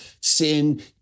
sin